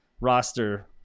roster